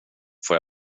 får